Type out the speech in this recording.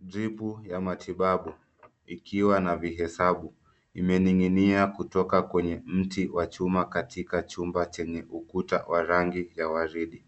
Dripu ya matibabu ikiwa na vihesabu imening'inia kutoka kwenye mti wa chuma katika chumba chenye ukuta wa rangi ya waridi.